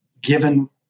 given